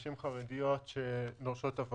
יש חשיבות להורדה משמעותית בשיעור האבטלה